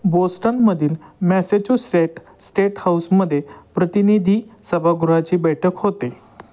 बोस्टनमधील Massachusetts state हाऊसमदे प्रतिनिधी सभागृहाची बैठक होते